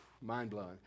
Mind-blowing